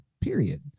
period